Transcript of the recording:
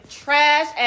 trash